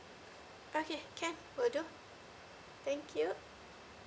okay can will do thank you